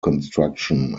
construction